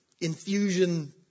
infusion